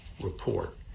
report